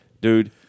dude